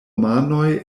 manoj